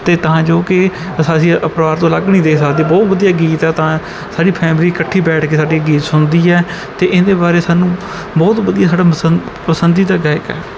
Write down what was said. ਅਤੇ ਤਾਂ ਜੋ ਕਿ ਅਸ ਅਸੀਂ ਪਰਿਵਾਰ ਤੋਂ ਅਲੱਗ ਨਹੀਂ ਦੇਖ ਸਕਦੇ ਬਹੁਤ ਵਧੀਆ ਗੀਤ ਆ ਤਾਂ ਸਾਡੀ ਫੈਮਿਲੀ ਇਕੱਠੀ ਬੈਠ ਕੇ ਸਾਡੀ ਗੀਤ ਸੁਣਦੀ ਹੈ ਅਤੇ ਇਹਦੇ ਬਾਰੇ ਸਾਨੂੰ ਬਹੁਤ ਵਧੀਆ ਸਾਡਾ ਪਸੰਦ ਪਸੰਦੀਦਾ ਗਾਇਕ ਹੈ